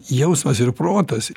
jausmas ir protas